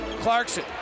Clarkson